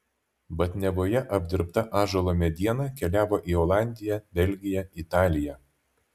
batniavoje apdirbta ąžuolo mediena keliavo į olandiją belgiją italiją